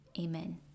amen